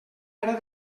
era